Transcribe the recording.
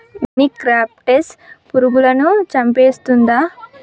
మొనిక్రప్టస్ పురుగులను చంపేస్తుందా?